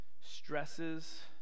stresses